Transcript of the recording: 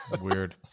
weird